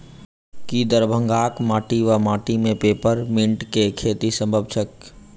की दरभंगाक माटि वा माटि मे पेपर मिंट केँ खेती सम्भव छैक?